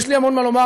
יש לי המון מה לומר,